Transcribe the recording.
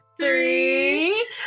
three